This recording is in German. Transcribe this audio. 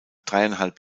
dreieinhalb